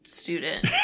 student